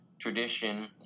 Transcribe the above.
tradition